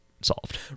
solved